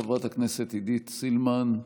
חברת הכנסת עידית סילמן,